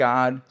God